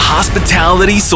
Hospitality